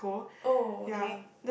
oh okay